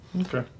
Okay